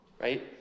Right